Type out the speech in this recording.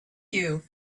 you